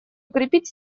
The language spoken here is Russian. укрепить